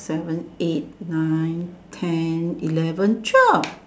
seven eight nine ten eleven twelve